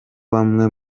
bamwe